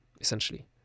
essentially